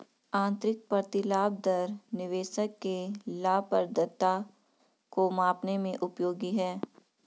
आंतरिक प्रतिलाभ दर निवेशक के लाभप्रदता को मापने में उपयोगी है